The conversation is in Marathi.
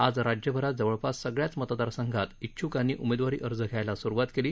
आज राज्यभरात जवळपास सगळ्याच मतदार संघात इच्छुकांनी उमेदवारी अर्ज घ्यायला सुरुवात केली